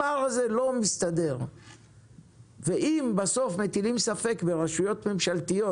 הפער הזה לא מסתדר ואם בסוף מטילים ספק ברשויות ממשלתיות